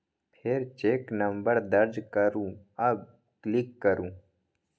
फेर cheque number दर्ज करू आ क्लिक करू